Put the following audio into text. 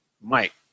Mike